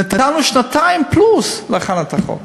אנחנו נתנו שנתיים פלוס להחלת החוק.